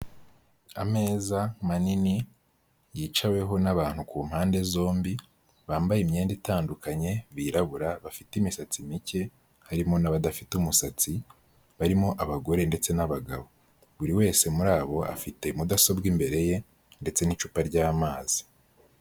Ameza manini yicaweho n'abantu ku mpande zombi, bambaye imyenda itandukanye birabura bafite imisatsi mike, harimo n'abadafite umusatsi barimo abagore ndetse n'abagabo, buri wese muri abo afite mudasobwa imbere ye ndetse n'icupa ry'amazi.